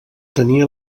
tenia